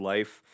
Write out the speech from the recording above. Life